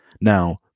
Now